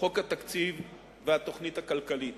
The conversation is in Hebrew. חוק התקציב והתוכנית הכלכלית